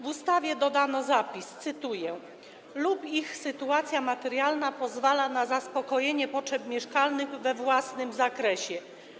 W ustawie dodano zapis, cytuję: lub ich sytuacja materialna pozwala na zaspokojenie potrzeb mieszkalnych we własnym zakresie.